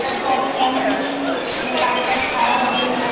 তা কবে কেমন কি গাড়ি তাড়ি ছাড়া হবে